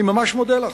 אני ממש מודה לך.